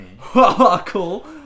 cool